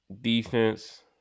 defense